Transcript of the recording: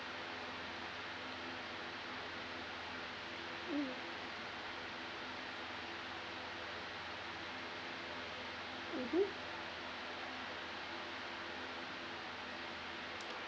mm mmhmm